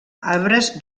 arbres